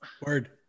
word